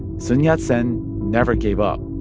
sun yat-sen never gave up.